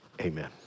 Amen